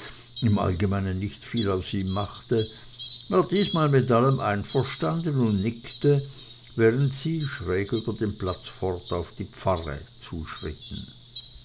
im allgemeinen nicht viel aus ihm machte war diesmal mit allem einverstanden und nickte während sie schräg über den platz fort auf die pfarre zuschritten